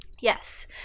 Yes